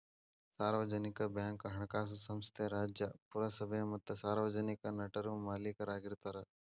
ಸಾರ್ವಜನಿಕ ಬ್ಯಾಂಕ್ ಹಣಕಾಸು ಸಂಸ್ಥೆ ರಾಜ್ಯ, ಪುರಸಭೆ ಮತ್ತ ಸಾರ್ವಜನಿಕ ನಟರು ಮಾಲೇಕರಾಗಿರ್ತಾರ